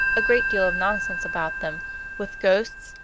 a great deal of nonsense about them with ghosts,